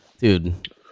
dude